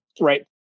Right